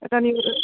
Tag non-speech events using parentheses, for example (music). (unintelligible)